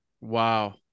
Wow